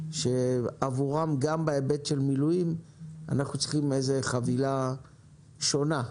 שעבורם גם בהיבט של מילואים אנחנו צריכים חבילה שונה,